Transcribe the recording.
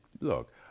look